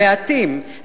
הם מעטים,